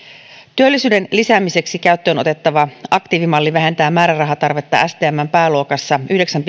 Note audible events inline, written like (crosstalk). työllisyyden lisäämiseksi käyttöön otettava aktiivimalli vähentää määrärahatarvetta stmn pääluokassa yhdeksän (unintelligible)